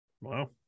Wow